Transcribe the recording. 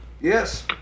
Yes